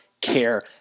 care